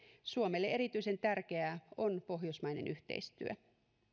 suomelle erityisen tärkeää on pohjoismainen yhteistyö